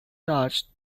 touched